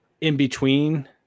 in-between